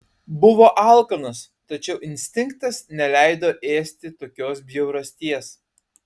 buvo alkanas tačiau instinktas neleido ėsti tokios bjaurasties